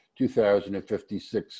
2,056